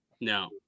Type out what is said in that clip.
No